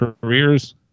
careers